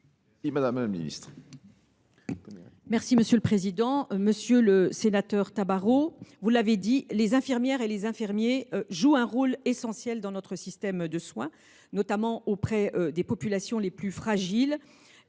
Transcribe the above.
déléguée. Monsieur le sénateur Tabarot, vous l’avez dit, les infirmières et les infirmiers jouent un rôle essentiel dans notre système de soins, notamment auprès des populations les plus fragiles